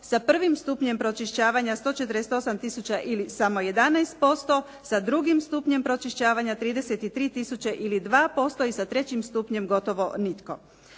sa prvim stupnjem pročišćavanja 148 tisuća ili samo 11%, sa drugim stupnjem pročišćavanja 33 tisuće ili 2% i sa trećim stupnjem gotovo nitko.